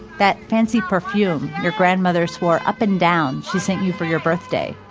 that fancy perfume your grandmother swore up and down she sent you for your birthday,